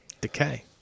decay